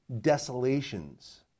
desolations